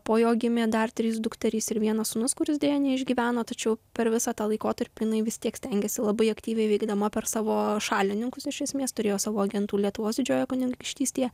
po jo gimė dar trys dukterys ir vienas sūnus kuris deja neišgyveno tačiau per visą tą laikotarpį jinai vis tiek stengėsi labai aktyviai veikdama per savo šalininkus iš esmės turėjo savo agentų lietuvos didžiojoje kunigaikštystėje